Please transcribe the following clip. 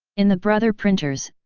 in the brother printers,